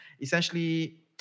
essentially